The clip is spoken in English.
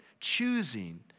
choosing